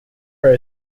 for